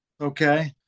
Okay